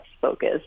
focus